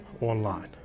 online